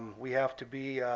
we have to be